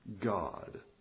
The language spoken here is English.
God